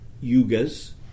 yugas